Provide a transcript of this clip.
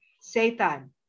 Satan